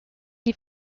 die